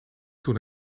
toen